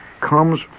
comes